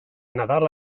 nadal